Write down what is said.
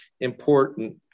important